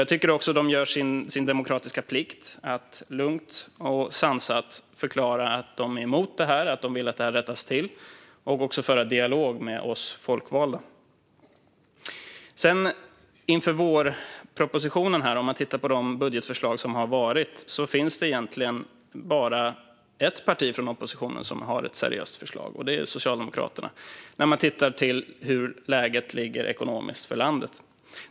Jag tycker också att de gör sin demokratiska plikt att lugnt och sansat förklara att de är emot detta, att de vill att detta rättas till och att de också vill föra en dialog med oss folkvalda. När man tittar på budgetförslagen inför vårpropositionen finns det egentligen bara ett parti från oppositionen som har ett seriöst förslag, och det är Socialdemokraterna, med tanke på det ekonomiska läget för landet.